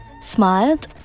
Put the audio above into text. smiled